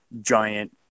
giant